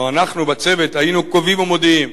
או אנחנו בצוות היינו קובעים או מודיעים: